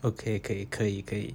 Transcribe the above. okay 可以可以可以